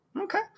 Okay